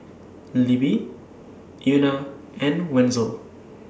Libby Euna and Wenzel